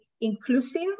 inclusive